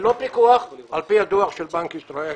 ללא פיקוח, על פי הדוח של בנק ישראל.